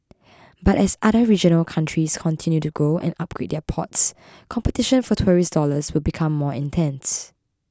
but as other regional countries continue to grow and upgrade their ports competition for tourist dollars will become more intense